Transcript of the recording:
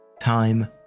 Time